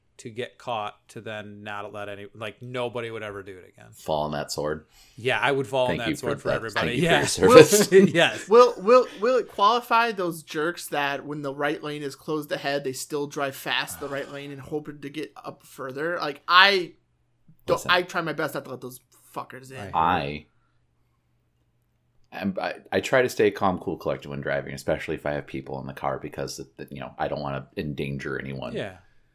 to get caught to then not let any- like, nobody would ever do it again. Fall on that sword. Yeah, I would fall on Thank that you for sword for that- everybody. thank you for Yes. your service. Will- Yes. will- will- will it qualify those jerks that when the right lane is closed ahead, they still drive fast the right lane and hoping to get up further? Like, I don't- Listen. I try my best not to let those fuckers in. I- I- am- I- I try to stay calm, cool, collected when driving, especially if I have people in the car because the- you know, I don't wanna endanger anyone. Yeah.